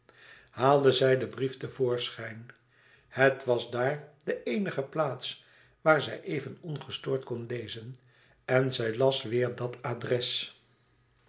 haalde zij den brief te voorschijn het was daar de eenige plaats waar zij even ongestoord kon lezen en zij las weêr dat adres